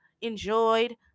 enjoyed